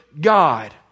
God